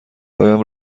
هایم